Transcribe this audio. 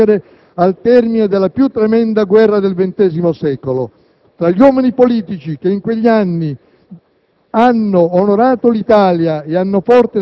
e, soprattutto, aiutandolo a risorgere al termine della più tremenda guerra del ventesimo secolo. Tra gli uomini politici che in quegli anni